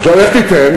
עכשיו, איך תיתן?